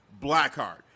Blackheart